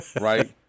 Right